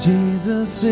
Jesus